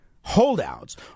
holdouts